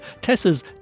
Tessa's